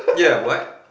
yeah what